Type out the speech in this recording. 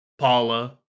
Paula